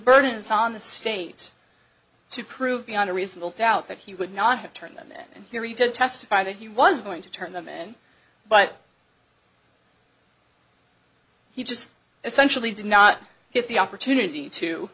burden is on the state to prove beyond a reasonable doubt that he would not have turned them in in theory to testify that he was going to turn them in but he just essentially did not have the opportunity to